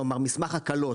כלומר מסמך הקלות,